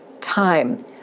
time